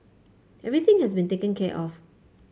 everything has been taken care of